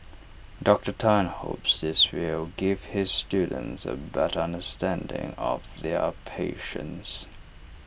Doctor Tan hopes this will give his students A better understanding of their A patients